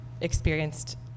experienced